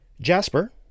Jasper